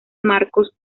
marcos